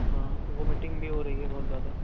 ہاں وومیٹنگ بھی ہو رہی ہے بہت زیادہ